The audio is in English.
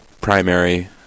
primary